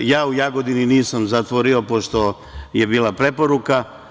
Ja u Jagodini nisam zatvorio pošto je bila preporuka.